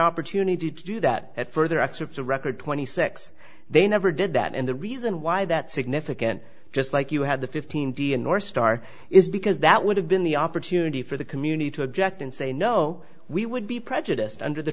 opportunity to do that at further excerpts of record twenty six they never did that and the reason why that significant just like you had the fifteen d a northstar is because that would have been the opportunity for the community to object and say no we would be prejudiced under the